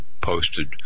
posted